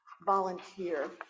volunteer